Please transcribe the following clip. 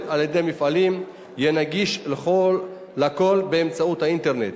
על-ידי מפעלים יהיה נגיש לכול באמצעות האינטרנט.